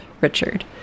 Richard